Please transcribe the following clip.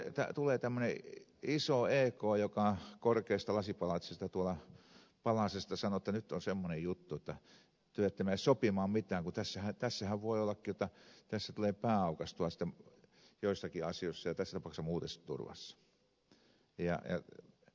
mutta tulee tämmöinen iso ek joka korkeasta lasipalatsista tuolta palacesta sanoo että nyt on semmoinen juttu että te ette mene sopimaan mitään kun tässähän voi ollakin jotta tässä tulee pää aukaistua sitten joissakin asioissa ja tässä tapauksessa muutosturvassa